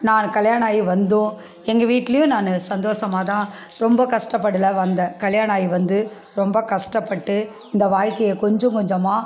நான் கல்யாணம் ஆகி வந்தும் எங்கள் வீட்லேயும் நான் சந்தோஷமாக தான் ரொம்ப கஷ்டப்படல வந்தேன் கல்யாணம் ஆகி வந்து ரொம்ப கஷ்டப்பட்டு இந்த வாழ்க்கையை கொஞ்சம் கொஞ்சமாக